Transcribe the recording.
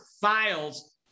files